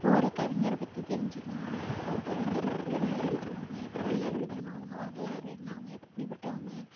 இப்போது ஒரு கவிஞரை பற்றி தெரிஞ்சிக்கலாம் ஒரு கவிஞர் எப்படி எல்லாம் எழுதுவாங்க எப்படி எழுதணும் அவங்க வரலாறு என்ன அவங்க எப்படிப்பட்டவங்க